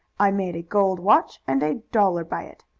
i made a gold watch and a dollar by it.